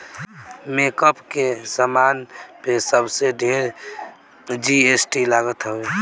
makeup के सामान पे सबसे ढेर जी.एस.टी लागल हवे